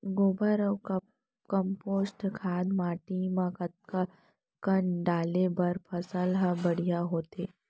गोबर अऊ कम्पोस्ट खाद माटी म कतका कन डाले बर फसल ह बढ़िया होथे?